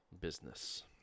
business